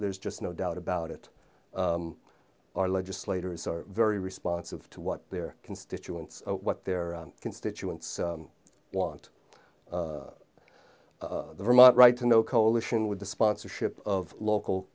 there's just no doubt about it our legislators are very responsive to what their constituents what their constituents want vermont right to know coalition with the sponsorship of local